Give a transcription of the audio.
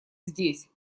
здесь